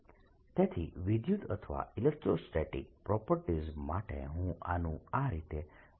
pr|r r|dv 14π01|r r|r dS14π0ρr|r r|dv તેથી વિદ્યુત અથવા ઇલેક્ટ્રોસ્ટેટિક પ્રોપર્ટીઝ માટે હું આનું આ રીતે અર્થઘટન કરીશ